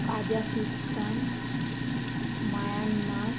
Kazakhstan Myanmar